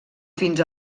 fins